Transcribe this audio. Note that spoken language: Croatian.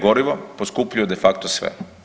gorivo, poskupljuje de facto sve.